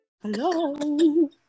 Hello